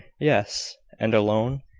yes. and alone?